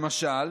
למשל,